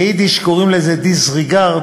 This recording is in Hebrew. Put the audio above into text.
ביידיש קוראים לזה disregard,